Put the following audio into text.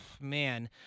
man